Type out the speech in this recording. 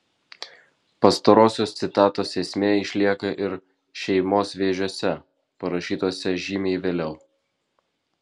pastarosios citatos esmė išlieka ir šeimos vėžiuose parašytuose žymiai vėliau